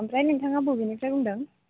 ओमफ्राय नोंथाङा बबेनिफ्राय बुंदों